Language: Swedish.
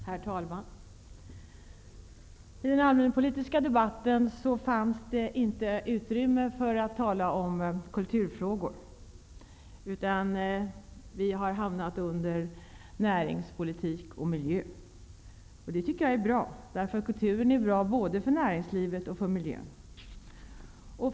Herr talman! I den allmänpolitiska debatten fanns det inte utrymme för att tala om kulturfrågor, utan vi som vill göra det har hamnat under näringspolitik och miljö. Det tycker jag är bra, därför att kulturen är bra både för näringslivet och för miljön.